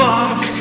Fuck